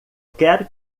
quero